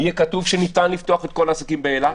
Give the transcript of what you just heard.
יהיה כתוב שניתן לפתוח את כל העסקים באילת,